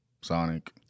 Sonic